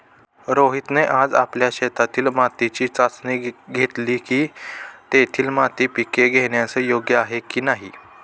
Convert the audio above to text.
रोहितने आज आपल्या शेतातील मातीची चाचणी घेतली की, तेथील माती पिके घेण्यास योग्य आहे की नाही